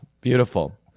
beautiful